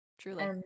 Truly